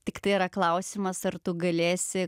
tiktai yra klausimas ar tu galėsi